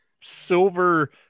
silver